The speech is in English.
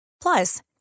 Plus